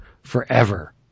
forever